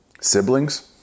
Siblings